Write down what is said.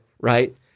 right